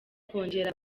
kongera